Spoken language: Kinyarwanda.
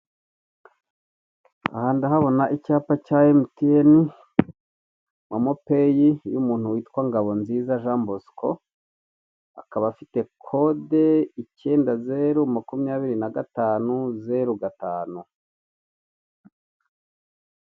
Aha ndahabona icyapa cya emutiyeni, momo peyi y'umuntu witwa Ngabonziza Jean Bosco akaba afite kode icyenda zeru makumyabiri na gatanu zeru gatanu.